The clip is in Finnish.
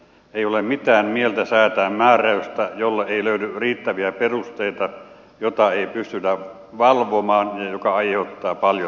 ei ole mitään mieltä säätää määräystä jolle ei löydy riittäviä perusteita jota ei pystytä valvomaan ja joka aiheuttaa paljon vaivaa